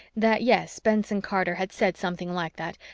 that yes, benson-carter had said something like that,